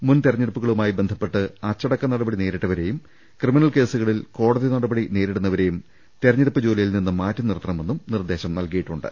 മുൻ തെരഞ്ഞെടുപ്പുകളു മായി ബന്ധപ്പെട്ട് അച്ചടക്ക നടപടി നേരിട്ടവരെയും ക്രിമിനൽ കേസുകളിൽ കോടതി നടപടി നേരിടുന്നവരെയും തെരഞ്ഞെടുപ്പ് ജോലിയിൽ നിന്ന് മാറ്റി നിർത്തണമെന്നും നിർദ്ദേശം നൽകിയിട്ടുണ്ട്